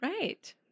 Right